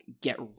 get